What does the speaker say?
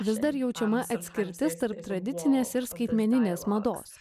vis dar jaučiama atskirtis tarp tradicinės ir skaitmeninės mados